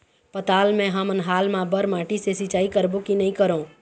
पताल मे हमन हाल मा बर माटी से सिचाई करबो की नई करों?